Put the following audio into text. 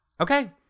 okay